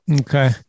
Okay